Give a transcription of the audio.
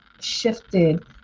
shifted